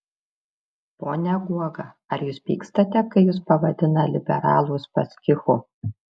pone guoga ar jūs pykstate kai jus pavadina liberalų uspaskichu